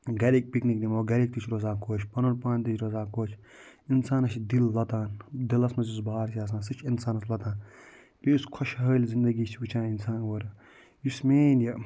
گَرِک پِکنِک نِمو گَرِک تہِ چھِ روزان خۄش پنُن پان تہِ چھُ روزان خۄش اِنسانس چھُ دِل لۄتان دِلس منٛز یُس بار چھُ آسان سُہ چھُ اِنسانس لۄتان یُس خۄش حٲلۍ زندگی چھِ وٕچھان اِنسان اورٕ یُس مین یہِ